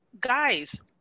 guys